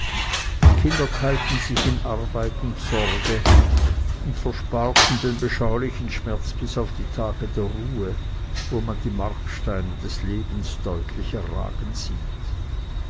die kinder teilten sich in arbeit und sorge und versparten den beschaulichen schmerz bis auf die tage der ruhe wo man die marksteine des lebens deutlicher ragen sieht